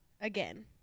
Again